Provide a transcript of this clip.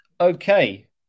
Okay